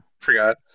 Forgot